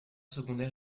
secondaire